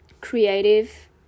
Creative